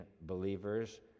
believers